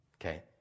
Okay